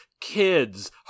Kids